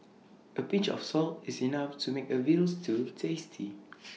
A pinch of salt is enough to make A Veal Stew tasty